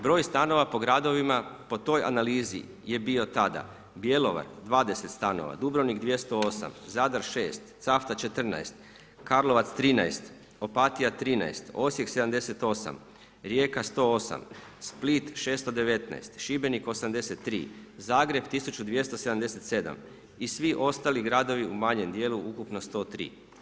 Broj stanova, po gradovima, po toj analizi je bio tada, Bjelovar 20 stanova, Dubrovnik 208 i Zadar 6, Cavtat 14, Karlovac 13 Opatija 13, Osijek 78, Rijeka 108, Split 619, Šibenik 83, Zagreb 1277 i svi ostali gradovi u manjem dijelu ukupno 103.